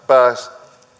päähän